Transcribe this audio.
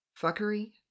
fuckery